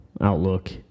outlook